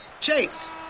Chase